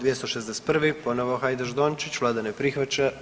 261. ponovo Hajdaš Dončić, vlada ne prihvaća.